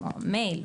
כמו מייל,